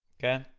okay,